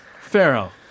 Pharaoh